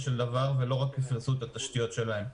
של דבר ולא רק יפרסו את התשתיות שלהן.